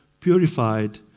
purified